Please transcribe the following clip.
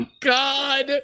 God